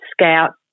scout